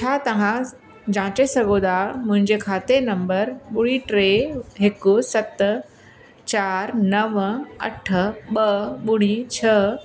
छा तव्हां जाचे सघो था मुंहिंजे खाते नंबर ॿुड़ी टे हिकु सत चारि नव अठ ॿ ॿुड़ी छह